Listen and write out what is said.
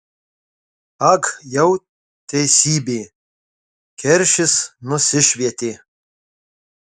ag jau teisybė keršis nusišvietė